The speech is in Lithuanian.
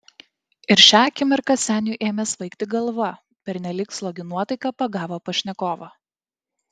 ir šią akimirką seniui ėmė svaigti galva pernelyg slogi nuotaika pagavo pašnekovą